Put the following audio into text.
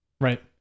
Right